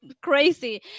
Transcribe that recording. crazy